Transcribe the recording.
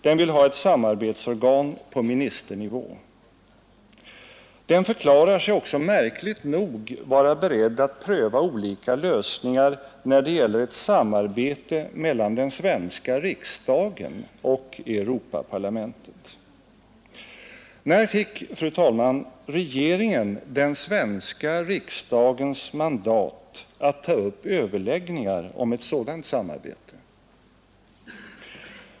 Den vill ha ett samarbetsorgan på ministernivå. Den förklarar sig också märkligt nog vara beredd att pröva olika lösningar när det gäller ett samarbete mellan den svenska riksdagen och Europaparlamentet. När fick, fru talman, regeringen den svenska riksdagens mandat att ta upp överläggningar om ett sådant samarbete?